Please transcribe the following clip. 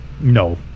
No